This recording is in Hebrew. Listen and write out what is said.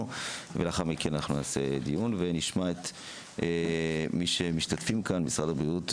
ולאחר מכן נקיים דיון ונשמע את המשתתפים כאן: משרד הבריאות,